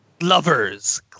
Lovers